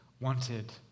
wanted